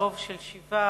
ברוב של שבעה,